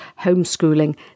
homeschooling